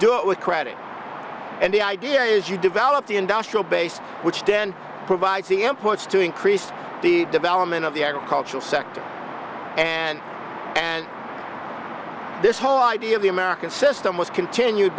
do it with credit and the idea is you develop the industrial base which then provides the imports to increase the development of the agricultural sector and and this whole idea of the american system was continued